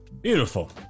Beautiful